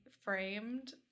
framed